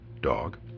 dog